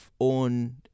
own